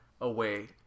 Away